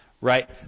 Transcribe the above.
Right